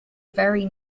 very